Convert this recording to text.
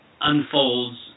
unfolds